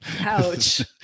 Ouch